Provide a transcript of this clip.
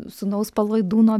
sūnaus palaidūno